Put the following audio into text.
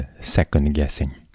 second-guessing